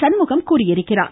சண்முகம் தெரிவித்துள்ளார்